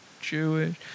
Jewish